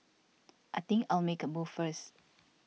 I think I'll make a move first